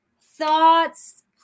thoughts